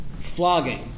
flogging